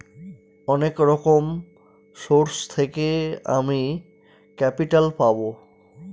অনেক রকম সোর্স থেকে আমি ক্যাপিটাল পাবো